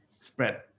spread